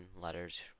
letters